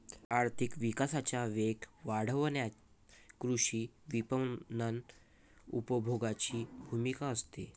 आर्थिक विकासाचा वेग वाढवण्यात कृषी विपणन उपभोगाची भूमिका असते